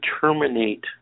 terminate